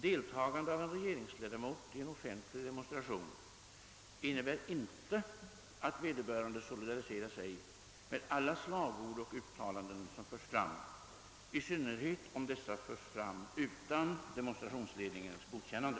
Deltagande av en: regeringsledamot i en offentlig demonstration innebär inte att vederbörande solidariserar sig med alla slagord och uttalanden, som förs fram, i synnerhet om dessa förs fram utan demonstrationsledningens godkännande.